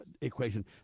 equation